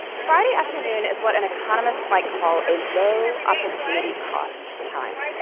friday afternoon is what an economist might call a low opportunity cost time.